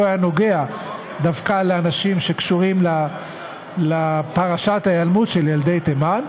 נגע דווקא לאנשים שקשורים לפרשת ההיעלמות של ילדי תימן,